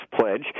pledge